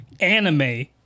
anime